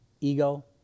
ego